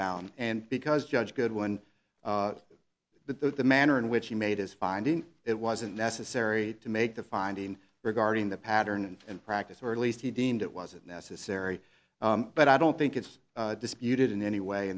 found and because judge did when the the manner in which he made his finding it wasn't necessary to make the finding regarding the pattern and practice or at least he deemed it wasn't necessary but i don't think it's disputed in any way